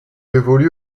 évolue